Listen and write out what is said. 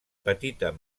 petita